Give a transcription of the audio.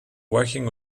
working